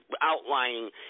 outlining